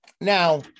Now